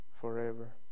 forever